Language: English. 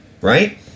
right